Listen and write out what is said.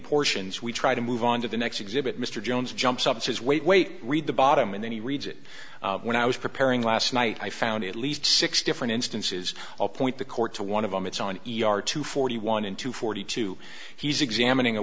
portions we try to move on to the next exhibit mr jones jumps up and says wait wait read the bottom and then he reads it when i was preparing last night i found at least six different instances i'll point the court to one of them it's on e r two forty one in two forty two he's examining a